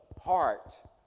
heart